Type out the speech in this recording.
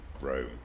Rome